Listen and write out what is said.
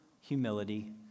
Humility